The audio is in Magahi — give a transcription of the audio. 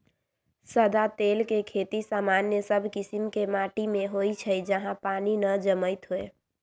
सदा तेल के खेती सामान्य सब कीशिम के माटि में होइ छइ जहा पानी न जमैत होय